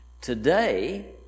Today